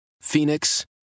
Phoenix